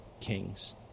kings